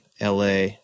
LA